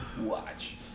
Watch